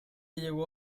llegó